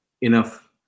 enough